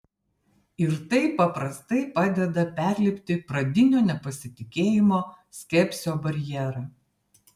ir tai paprastai padeda perlipti pradinio nepasitikėjimo skepsio barjerą